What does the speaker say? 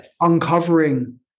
uncovering